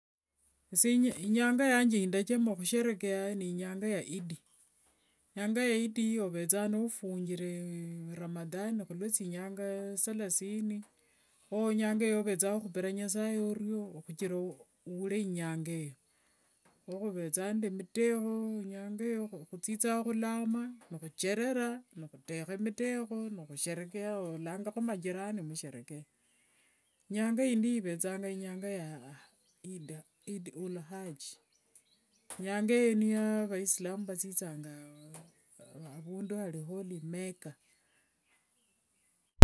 Esye nyanga yanje ya ndachama khusherekea nyanga ya idi. Nyanga ya idi eyo ovethanga nofungire ramadhani khulwe thinyanga salasini, kho nyanga eyo ovethanga okhupira nyasaye oryo huchira khulweinyanga eyo. Kho khuvethanga nemitekho nyanga eyo. Khuthithanga khulama khucherera nikhutekha mitekho, nikhusherekea, olanga majirani nimusherekea. Nyanga indi ivethanga nyanga ya idil ulkhaj. Nyanga eyo niya vaisilamu vathithanga avundu mbu holy macah.